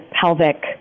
pelvic